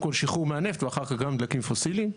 כל על שחרור מהנפט ואחר כך גם דלקים פוסיליים,